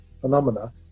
phenomena